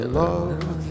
love